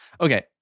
Okay